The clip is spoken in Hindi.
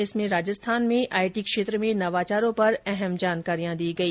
इसमें राजस्थान में आईटी क्षेत्र में नवाचारों पर अहम जानकारियां दी गई